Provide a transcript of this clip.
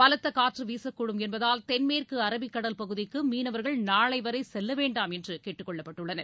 பலத்த காற்று வீசக்கூடும் என்பதால் தென்மேற்கு அரபிக் கடல் பகுதிக்கு மீனவர்கள் நாளை வரை செல்ல வேண்டாம் என்று கேட்டுக் கொள்ளப்பட்டுள்ளனர்